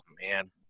man